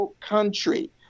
country